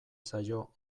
zaio